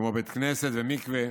כמו בית כנסת ומקווה.